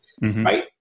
Right